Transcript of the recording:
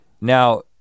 now